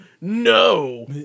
No